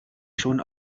schon